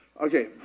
Okay